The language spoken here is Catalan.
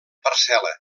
parcel·la